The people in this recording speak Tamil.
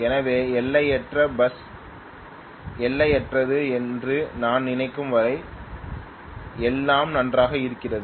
எனவே எல்லையற்ற பஸ் எல்லையற்றது என்று நான் நினைக்கும் வரை எல்லாம் நன்றாக இருக்கிறது